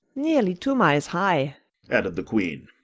nearly two miles high added the queen.